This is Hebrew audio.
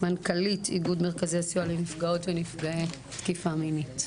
מנכ"לית אגוד מרכזי סיוע לנפגעות ונפגעי תקיפה מינית.